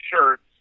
shirts